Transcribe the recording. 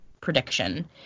prediction